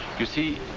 you see,